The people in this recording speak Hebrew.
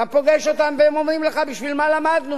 אתה פוגש אותם והם אומרים לך: בשביל מה למדנו?